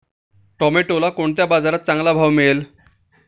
टोमॅटोला कोणत्या बाजारात चांगला भाव मिळेल?